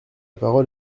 parole